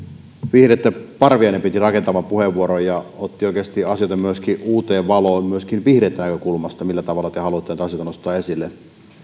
vihreitten parviainen piti rakentavan puheenvuoron ja otti oikeasti uuteen valoon myöskin vihreitten näkökulmasta millä tavalla te haluatte näitä asioita nostaa esille